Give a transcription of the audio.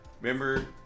Remember